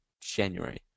January